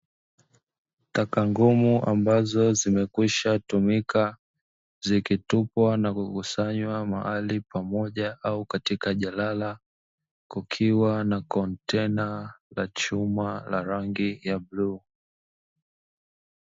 Taka ngumu ambazo zimekwishatumika, zikitupwa na kukusanywa mahali pamoja au katika jalala, kukiwa na kontena la chuma la rangi ya bluu.